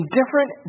different